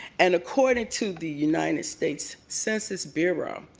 and according to the united states census bureau,